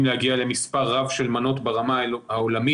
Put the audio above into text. להגיע למספר רב של מנות ברמה העולמית,